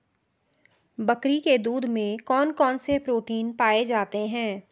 बकरी के दूध में कौन कौनसे प्रोटीन पाए जाते हैं?